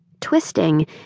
Twisting